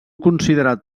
considerat